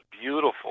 beautiful